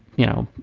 you know,